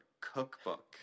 cookbook